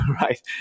right